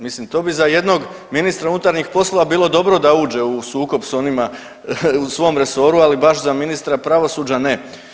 Mislim to bi za jednog ministra unutarnjih poslova bilo dobro da uđe u sukob s onima u svom resoru, ali baš za ministra pravosuđa ne.